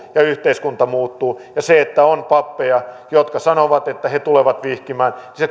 ja yhteiskunta muuttuu ja se että on pappeja jotka sanovat että he tulevat vihkimään